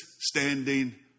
standing